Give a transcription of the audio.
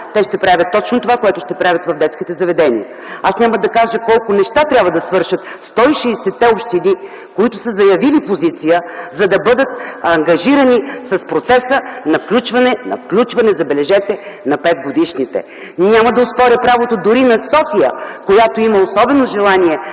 те ще правят точно това, което ще правят в детските заведения. Аз няма да кажа колко неща трябва да свършат 160-те общини, които са заявили позиция, за да бъдат ангажирани с процеса на включване, забележете, на включване на 5-годишните. Няма да оспоря правото дори на София, която има особено желание,